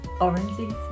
oranges